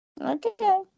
Okay